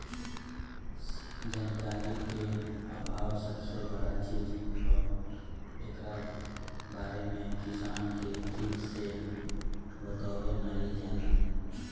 जानकारी के आभाव सबसे बड़का चीज हअ, एकरा बारे में किसान के ठीक से बतवलो नाइ जाला